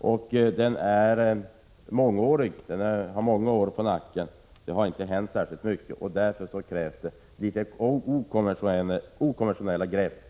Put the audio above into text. Frågan har många år på nacken, och det har inte hänt särskilt mycket. Därför krävs det litet okonventionella grepp.